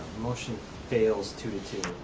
motion fails, two to two.